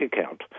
account